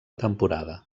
temporada